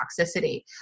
toxicity